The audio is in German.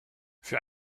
für